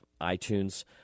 iTunes